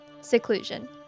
seclusion